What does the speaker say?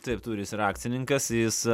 taip turi jis yra akcininkas jis